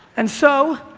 and so,